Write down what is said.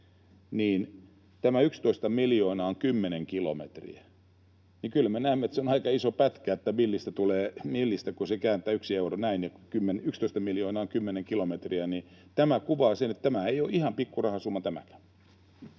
tämä 11 miljoonaa olisi 10 kilometriä. Kyllä me näemme, että se on aika iso pätkä, mitä millistä tulee, kun sen 1 euron kääntää näin, että 11 miljoonaa on 10 kilometriä. Tämä kuvaa sen, että tämä ei ole ihan pikkurahasumma, tämäkään.